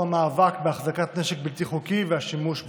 כמו המאבק בהחזקת נשק בלתי חוקי והשימוש בו,